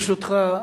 ברשותך,